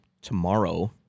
tomorrow